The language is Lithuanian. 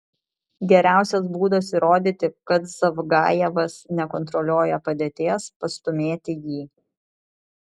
geriausias būdas įrodyti kad zavgajevas nekontroliuoja padėties pastūmėti jį